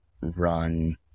run